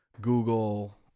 Google